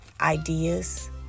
Ideas